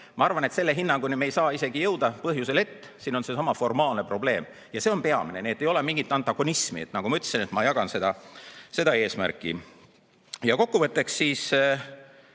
Ma arvan, et selle hinnanguni me ei saa isegi jõuda põhjusel, et siin on seesama formaalne probleem. See on peamine. Aga ei ole mingit antagonismi, nagu ma ütlesin, ma jagan seda eesmärki. Ja kokkuvõtteks